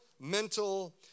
mental